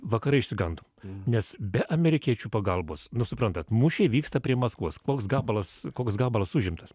vakarai išsigando nes be amerikiečių pagalbos nu suprantat mūšiai vyksta prie maskvos koks gabalas koks gabalas užimtas